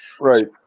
Right